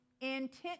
intent